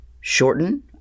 shorten